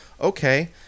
okay